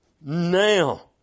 Now